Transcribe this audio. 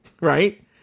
right